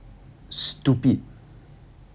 stupid